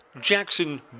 Jackson